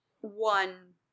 one